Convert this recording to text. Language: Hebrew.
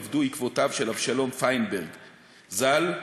אבדו עקבותיו של אבשלום פיינברג ז"ל,